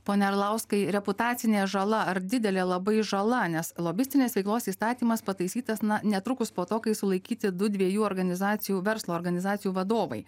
pone arlauskai reputacinė žala ar didelė labai žala nes lobistinės veiklos įstatymas pataisytas na netrukus po to kai sulaikyti du dviejų organizacijų verslo organizacijų vadovai